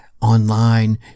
online